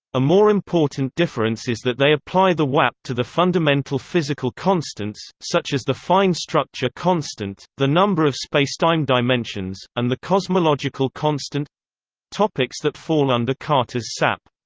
a more important difference is that they apply the wap to the fundamental physical constants, such as the fine structure constant, the number of spacetime dimensions, and the cosmological constant topics that fall under carter's sap.